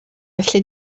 felly